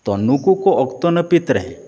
ᱛᱚ ᱱᱩᱠᱩᱠᱚ ᱚᱠᱛᱚ ᱱᱟᱯᱤᱛᱨᱮ